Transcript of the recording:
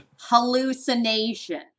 Hallucination